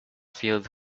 filled